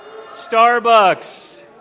Starbucks